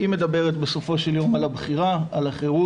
היא מדברת בסופו של יום על הבחירה, על החירות,